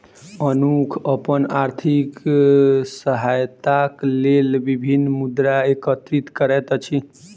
मनुख अपन आर्थिक सहायताक लेल विभिन्न मुद्रा एकत्रित करैत अछि